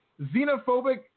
xenophobic